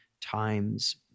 times